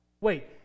Wait